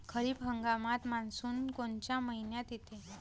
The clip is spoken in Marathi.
खरीप हंगामात मान्सून कोनच्या मइन्यात येते?